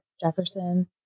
Jefferson